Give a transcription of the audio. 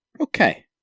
Okay